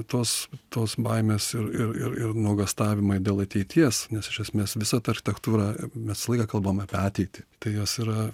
tos tos baimės ir ir ir nuogąstavimai dėl ateities nes iš esmės visa ta architektūra mes visą laiką kalbam apie ateitį tai jos yra